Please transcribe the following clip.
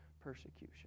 persecution